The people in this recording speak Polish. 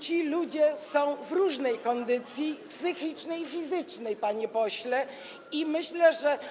Ci ludzie są w różnej kondycji psychicznej i fizycznej, panie pośle, i myślę, że.